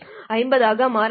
50 ஆக மாற வேண்டும்